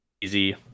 easy